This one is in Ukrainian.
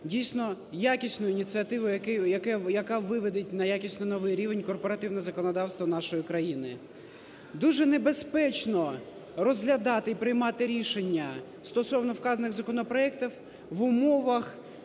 дійсно якісною ініціативою, яка виведе на якісно новий рівень корпоративне законодавство нашої країни. Дуже небезпечно розглядати і приймати рішення стосовно вказаних законопроектів в умовах